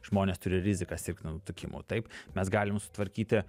žmonės turi riziką sirgti nutukimu taip mes galim sutvarkyti